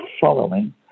following